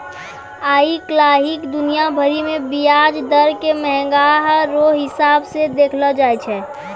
आइ काल्हि दुनिया भरि मे ब्याज दर के मंहगाइ रो हिसाब से देखलो जाय छै